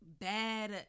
bad